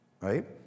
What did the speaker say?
right